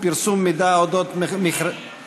פרסום מידע אודות מכרזים),